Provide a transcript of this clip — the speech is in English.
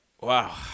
Wow